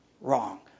wrong